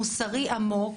מוסרי עמוק,